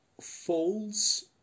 folds